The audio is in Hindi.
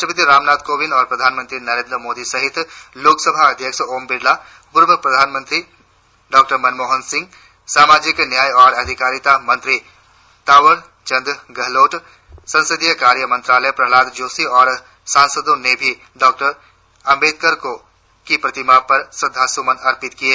राष्ट्रपति रामनाथ कोविंद और प्रधानमंत्री नरेंद्र मोदी सहित लोकसभा अध्यक्ष ओम बिड़ला प्रर्व प्रधानमंत्री डॉ मनमोहन सिंह सामाजिक न्याय और अधिकारिता मंत्री तावर चंद गहलोड संसदीय कार्य मंत्री प्रहलाद जोशी और सांसदो ने भी डॉ आंबेडकर की प्रतिमा पर श्रद्धा सुमन आर्पित किये